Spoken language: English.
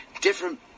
different